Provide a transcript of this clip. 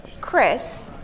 Chris